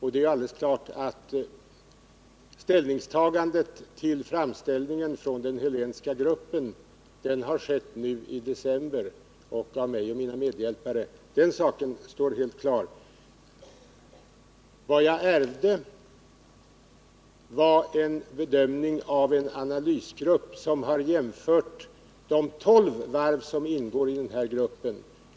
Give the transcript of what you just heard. Det är alldeles klart att ställningstagandet till framställningen från den Helénska gruppen har gjorts nu i november av mig och mina medarbetare. Vad jag ärvde var en bedömning av en analysgrupp som har jämfört de tolv varv som ingår i denna grupp.